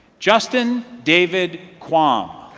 justin david kwan.